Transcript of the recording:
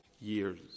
years